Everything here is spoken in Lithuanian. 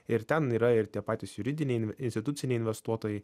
ir ten yra ir tie patys juridiniai instituciniai investuotojai